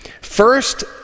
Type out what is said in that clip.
First